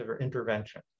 intervention